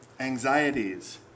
anxieties